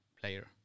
Player